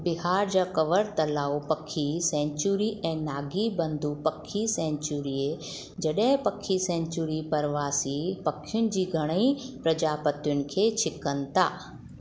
बिहार जा कँवर तलाउ पखी सैंचुरी ऐं नागी बंदु पखी सैंचुरीअ जॾहि पखी सैंचुरी परवासी पखियुनि जी घणई प्रजातियुनि खे छिकनि था